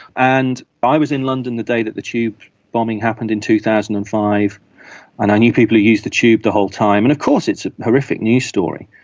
and i was in london the day that the tube bombing happened in two thousand and five and i knew people who used the tube the whole time. and of course it's a horrific news story.